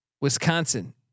Wisconsin